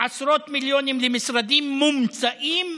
עשרות מיליונים למשרדים מומצאים",